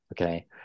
Okay